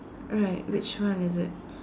right which one is it